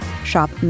Shop